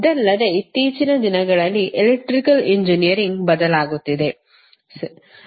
ಇದಲ್ಲದೆ ಇತ್ತೀಚಿನ ದಿನಗಳಲ್ಲಿ ಎಲೆಕ್ಟ್ರಿಕಲ್ ಇಂಜಿನಿಯರಿಂಗ್ ಬದಲಾಗುತ್ತಿದೆ ಸರಿ